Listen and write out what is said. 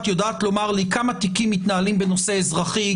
יודעת לומר לי כמה תיקים מתנהלים בנושא אזרחי,